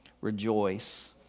rejoice